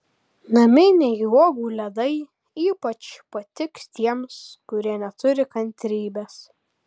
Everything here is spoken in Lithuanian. naminiai uogų ledai ypač patiks tiems kurie neturi kantrybės